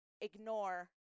ignore